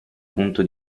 punto